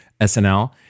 SNL